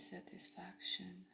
Satisfaction